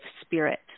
spirit